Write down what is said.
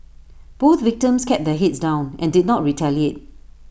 both victims kept their heads down and did not retaliate